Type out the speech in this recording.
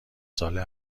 ساله